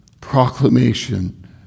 proclamation